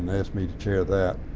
asked me to chair that.